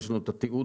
יש לנו את התיעוד,